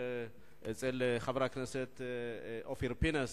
אצל חבר הכנסת אופיר פינס,